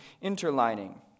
interlining